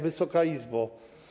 Wysoka Izbo!